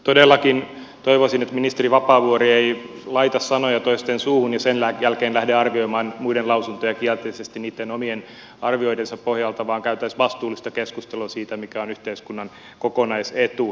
todellakin toivoisin että ministeri vapaavuori ei laita sanoja toisten suuhun ja sen jälkeen lähde arvioimaan muiden lausuntoja kielteisesti niitten omien arvioidensa pohjalta vaan käytäisiin vastuullista keskustelua siitä mikä on yhteiskunnan kokonaisetu